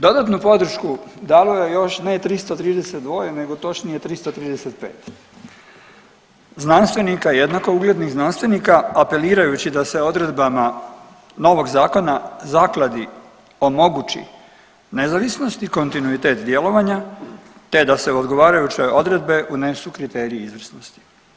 Dodatnu podršku davalo je još ne 332 nego točnije 335 znanstvenika, jednako uglednih znanstvenika apelirajući da se odredbama novog zakona zakladi omogući nezavisnost i kontinuitet djelovanja te da se u odgovarajuće odredbe unesu kriteriji izvrsnosti.